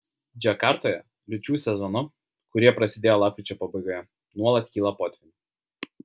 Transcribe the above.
džakartoje liūčių sezonu kurie prasidėjo lapkričio pabaigoje nuolat kyla potvynių